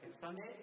Sundays